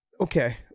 Okay